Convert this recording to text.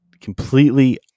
completely